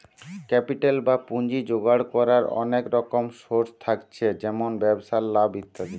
capital বা পুঁজি জোগাড় কোরার অনেক রকম সোর্স থাকছে যেমন ব্যবসায় লাভ ইত্যাদি